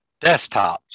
desktops